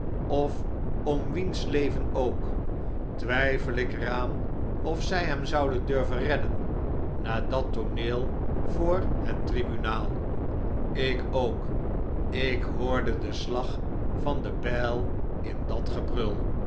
of om wiens leven ook twyfel ik er aan of zj hem zouden durven redden na dat tooneel voor hettribunaal ik ook ik hoorde den slag van de bijl in dat gebrul